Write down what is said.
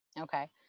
Okay